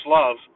love